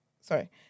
Sorry